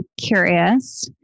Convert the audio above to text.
curious